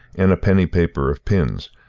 and a penny paper of pins,